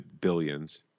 billions